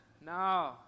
No